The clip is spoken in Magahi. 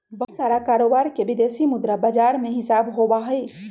बहुत सारा कारोबार के विदेशी मुद्रा बाजार में हिसाब होबा हई